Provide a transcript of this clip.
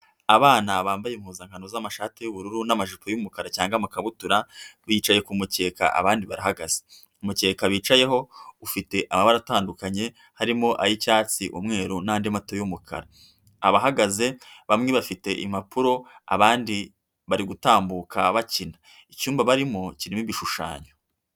Abana bambaye impuzankano z'amashati y'ubururu n'amajipo y'umukara cyangwa amakabutura, bicaye ku mukeka, abandi barahagaze. Umukeka bicayeho ufite amabara atandukanye harimo ay'icyatsi, umweru n'anandi mato y'umukara. Abahagaze, bamwe bafite impapuro, abandi bari gutambuka bakina. Icyumba barimo kirimo ibishushanyo.